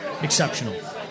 exceptional